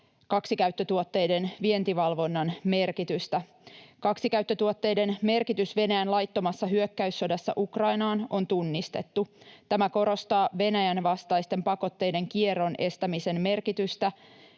kaksikäyttötuotteiden vientivalvonnan merkitystä. Kaksikäyttötuotteiden merkitys Venäjän laittomassa hyökkäyssodassa Ukrainaan on tunnistettu. Tämä korostaa Venäjän vastaisten pakotteiden kierron estämisen merkitystä